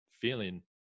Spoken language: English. feeling